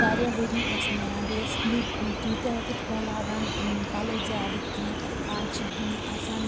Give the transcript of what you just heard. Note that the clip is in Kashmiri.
واریاہ ؤری ٲسۍ نیران بیٚیہِ ٲسۍ نہٕ تیٖتیٛاہ تِتھ کٔنۍ لاگان پَلوٚو زیادٕ کیٚنٛہہ آز چھِ آسان